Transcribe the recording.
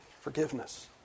forgiveness